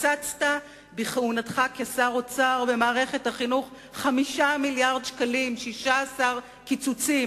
קיצצת בכהונתך כשר האוצר במערכת החינוך 5 מיליארדי שקלים ב-16 קיצוצים,